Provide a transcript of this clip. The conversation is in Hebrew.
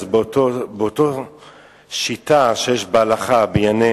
באותה שיטה שיש בהלכה בענייני